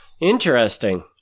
Interesting